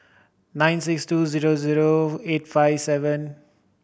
nine six two zero zero eight five seven